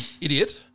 Idiot